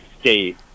state